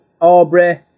Aubrey